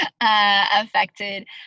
affected